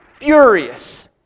furious